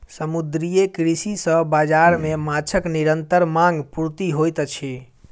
समुद्रीय कृषि सॅ बाजार मे माँछक निरंतर मांग पूर्ति होइत अछि